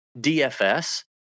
DFS